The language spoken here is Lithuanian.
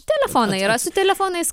telefonai yra su telefonais